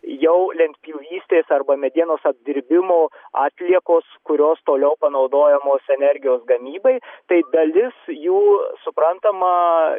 jau lentpjūvystės arba medienos apdirbimo atliekos kurios toliau panaudojamos energijos gamybai tai dalis jų suprantama